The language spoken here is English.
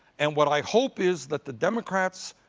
and what i hope is that the democrats